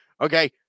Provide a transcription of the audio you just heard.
Okay